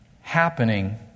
happening